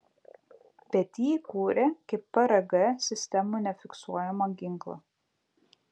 bet jį kūrė kaip prg sistemų nefiksuojamą ginklą